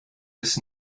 bis